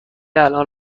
الان